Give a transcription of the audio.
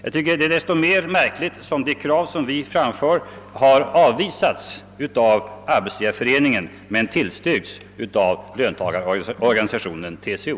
Det är desto mer märkligt som de krav vi fört fram avvisats av Arbetsgivareföreningen men tillstyrkts av löntagarorganisationen TCO.